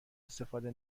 استفاده